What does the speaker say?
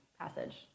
passage